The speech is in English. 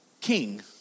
king